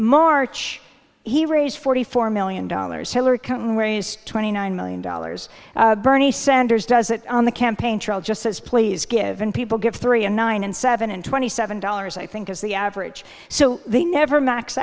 march he raised forty four million dollars hillary twenty nine million dollars bernie sanders does it on the campaign trail just says please give in people give three and nine and seven and twenty seven dollars i think is the average so they never max